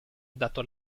dato